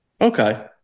Okay